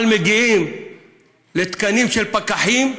אבל שכמגיעים לתקנים של פקחים,